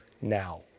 now